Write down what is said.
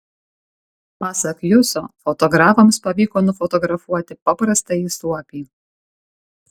pasak juso fotografams pavyko nufotografuoti paprastąjį suopį